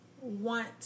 want